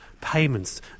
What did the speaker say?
payments